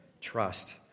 trust